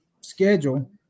schedule